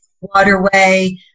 waterway